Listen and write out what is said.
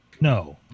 No